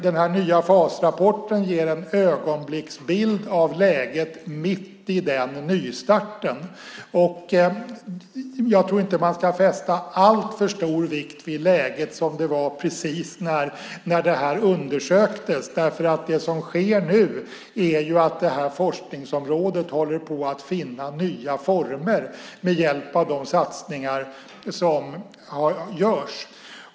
Den nya FAS-rapporten ger en ögonblicksbild av läget mitt i den nystarten. Jag tror inte att man ska fästa alltför stor vikt vid läget som det var precis när detta undersöktes. Det som sker nu är ju att det här forskningsområdet håller på att finna nya former med hjälp av de satsningar som görs.